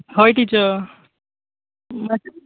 हय टिचर